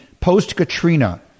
post-Katrina